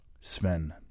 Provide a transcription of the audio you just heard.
Sven